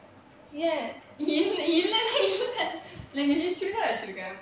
ya இல்ல இல்லனா இல்ல ரெண்டு சுடிதார் வச்சிருக்கேன்:illa illanaa illa rendu chudithar vachirukaen